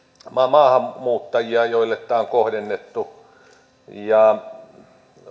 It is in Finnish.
maahanmuuttajia joille tämä on kohdennettu ja